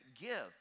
give